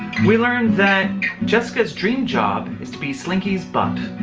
we learned that jessica's dream job is to be slinky's butt.